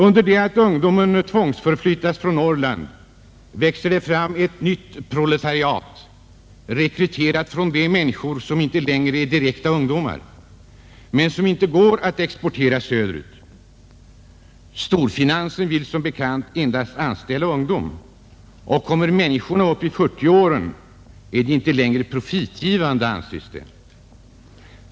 Under det att ungdomen tvångsflyttas från Norrland växer det fram ett nytt proletariat, rekryterat från de människor som inte längre är direkta ungdomar och som det inte går att exportera söderut. Storfinansen vill som bekant endast anställa ungdomar. Kommer människor upp i 40-årsåldern är de inte längre profitgivande, anses det.